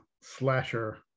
slasher